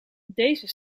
deze